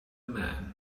man